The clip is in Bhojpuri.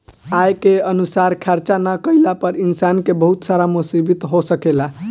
आय के अनुसार खर्चा ना कईला पर इंसान के बहुत सारा मुसीबत हो सकेला